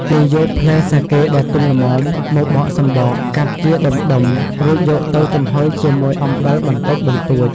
គេយកផ្លែសាកេដែលទុំល្មម មកបកសំបក កាត់ជាដុំៗ រួចយកទៅចំហុយជាមួយអំបិលបន្តិចបន្តួច។